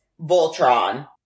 Voltron